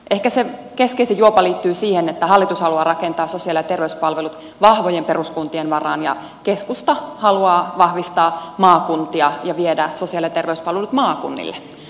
ehkä se keskeisin juopa liittyy siihen että hallitus haluaa rakentaa sosiaali ja terveyspalvelut vahvojen peruskuntien varaan ja keskusta haluaa vahvistaa maakuntia ja viedä sosiaali ja terveyspalvelut maakunnille